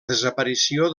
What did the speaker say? desaparició